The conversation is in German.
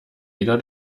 jeder